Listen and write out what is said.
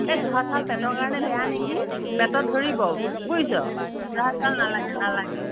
এই জহা চাউল পেটৰ কাৰণে বেয়া নেকি পেতত ধৰিব বুজিছ জহা চাউল নালাগে নালাগে